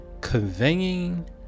conveying